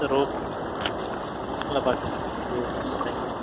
sir ஓகேங்க sir நல்லா பார்த்துக்கோங்க ம் ஓகேங்க சார் தேங்க் யூங்க